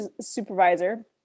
supervisor